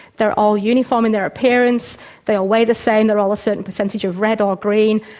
they're all uniform in their appearance, they all weigh the same, they're all a certain percentage of red or green,